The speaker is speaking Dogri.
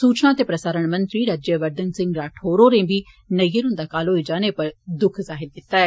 सूचना ते प्रसारण मंत्री राज्यवर्घन सिंह राठौर होरे बी नय्यर हुन्दा काल होई जाने उप्पर दुख जाहिर कीता ऐ